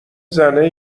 زنه